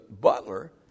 butler